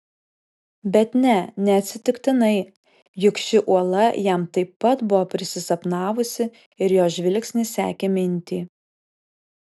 bet ne neatsitiktinai juk ši uola jam taip pat buvo prisisapnavusi ir jo žvilgsnis sekė mintį